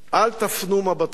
אל תפנו מבטכם.